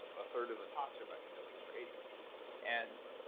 a third of the talks are about ketosis for aging and